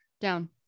down